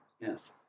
Yes